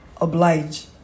oblige